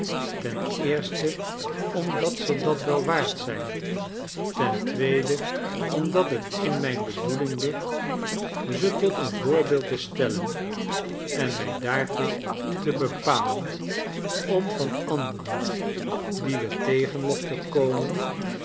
ten eerste om dat ze dat wel waard zijn ten tweede omdat het in mynbedoeling ligt ze tot een voorbeeld te stellen en mij daartoe te bepalen om van anderen die we tegen mochten komen